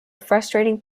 frustrating